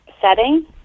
setting